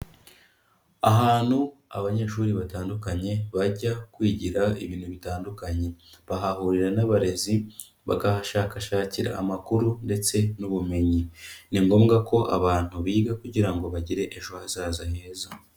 Ahantu abanyeshuri batandukanye bajya kwigira ibintu bitandukanye. Bahahurira n'abarezi, bakahashakashakira amakuru ndetse n'ubumenyi. Ni ngombwa ko abantu biga kugira ngo bagire ejo hazaza heza.